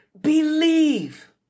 Believe